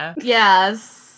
Yes